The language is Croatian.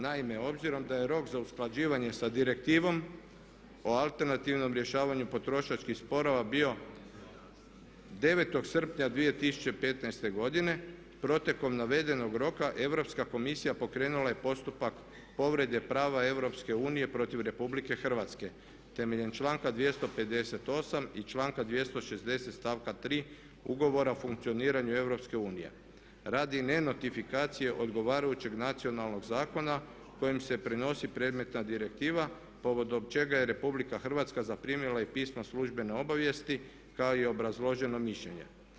Naime, obzirom da je rok za usklađivanje sa direktivom o alternativnom rješavanju potrošačkih sporova bio 9.srpnja 2015.godine protekom navedenog roka Europska komisija pokrenula je postupak povrede prava EU protiv RH temeljem članka 258.i članka 260.stavka 3. Ugovora o funkcioniranju EU radi nenotifikacije odgovarajućeg nacionalnog zakona kojim se prinosi predmetna direktiva povodom čega je RH zaprimila i pismo službene obavijesti kako i obrazloženo mišljenje.